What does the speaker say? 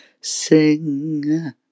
sing